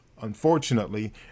Unfortunately